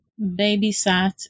babysat